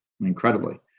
incredibly